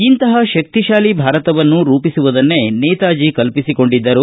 ಇಂತಹ ಶಕ್ತಿಶಾಲಿ ಭಾರತವನ್ನು ರೂಪಿಸುವುದನ್ನೇ ನೇತಾಜ ಕಲ್ಪಿಸಿಕೊಂಡಿದ್ದರು